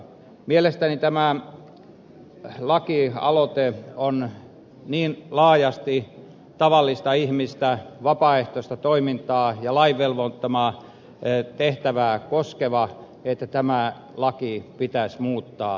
mielestäni tämä lakialoite on niin laajasti tavallista ihmistä vapaaehtoista toimintaa ja lain velvoittamaa tehtävää koskeva että tämä laki pitäisi muuttaa